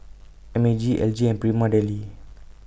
M A G L G and Prima Deli